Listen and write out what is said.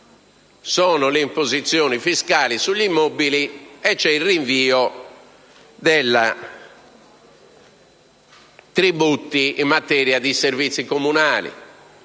di imposizioni fiscali sugli immobili e il rinvio dei tributi in materia di servizi comunali